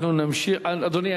אדוני,